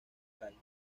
calles